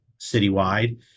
citywide